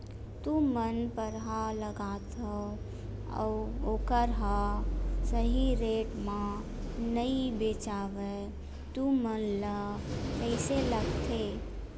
तू मन परहा लगाथव अउ ओखर हा सही रेट मा नई बेचवाए तू मन ला कइसे लगथे?